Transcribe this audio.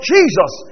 Jesus